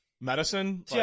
Medicine